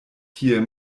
tie